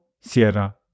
Sierra